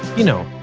you know,